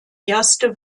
erste